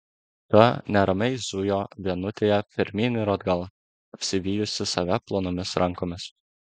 ta neramiai zujo vienutėje pirmyn ir atgal apsivijusi save plonomis rankomis